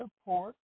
support